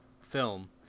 film